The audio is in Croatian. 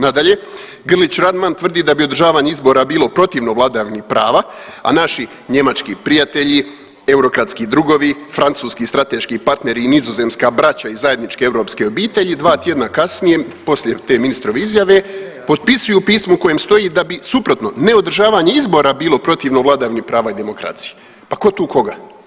Nadalje, Grlić Radman tvrdi da bi održavanje izbora bilo protivno vladavini prava, a naši njemački prijatelji, eurokratski drugovi, francuski strateški partneri i nizozemska braća iz zajedničke europske obitelji dva tjedna kasnije poslije te ministrove izjave potpisuju pismo u kojem stoji da bi suprotno ne održavanje izbora bilo protivno vladavini prava i demokraciji, pa ko tu koga?